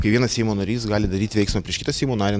kai vienas seimo narys gali daryt veiksmą prieš kitą seimo narį